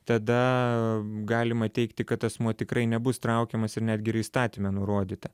tada galima teigti kad asmuo tikrai nebus traukiamas ir netgi yra įstatyme nurodyta